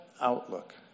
outlook